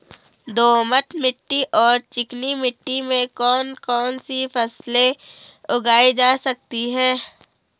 दोमट मिट्टी और चिकनी मिट्टी में कौन कौन सी फसलें उगाई जा सकती हैं?